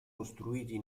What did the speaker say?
costruiti